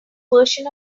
version